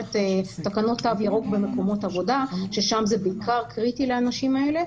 במסגרת תקנות תו ירוק במקומות עבודה ששם זה בעיקר קריטי לאנשים האלה.